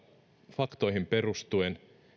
faktoihin perustuen